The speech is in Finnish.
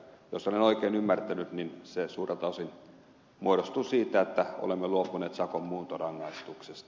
jos olen oikein ymmärtänyt niin se suurelta osin muodostuu siitä että olemme luopuneet sakon muuntorangaistuksesta